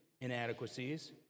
inadequacies